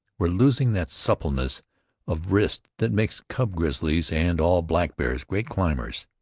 were losing that suppleness of wrist that makes cub grizzlies and all blackbears great climbers.